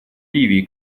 ливии